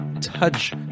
touch